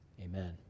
Amen